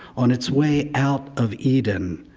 on its way out of eden,